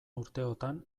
urteotan